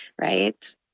right